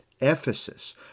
Ephesus